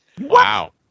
Wow